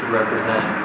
represent